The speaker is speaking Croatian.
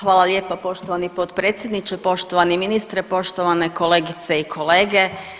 Hvala lijepa poštovani potpredsjedniče, poštovani ministre, poštovane kolegice i kolege.